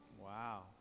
Wow